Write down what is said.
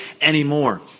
anymore